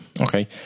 okay